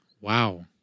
Wow